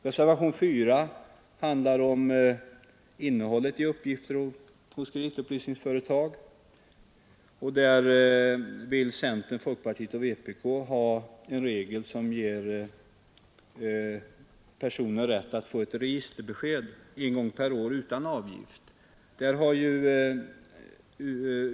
Reservationen 4 handlar om innehållet i uppgifter hos kreditupplysningsföretag. Centern, folkpartiet och vpk vill ha en regel som ger personer rätt att få ett registerbesked en gång per år utan avgift.